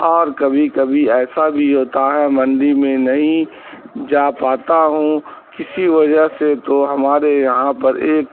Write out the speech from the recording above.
اور کبھی کبھی ایسا بھی ہوتا ہے منڈی میں نہیں جا پاتا ہوں کسی وجہ سے تو ہمارے یہاں پر ایک